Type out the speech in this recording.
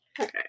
okay